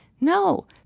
no